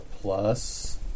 plus